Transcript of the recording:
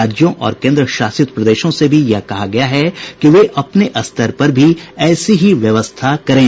राज्यों और केंद्र शासित प्रदेशों से यह भी कहा गया है कि वे अपने स्तर पर ऐसी ही व्यवस्था करें